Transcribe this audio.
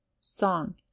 Song